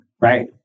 Right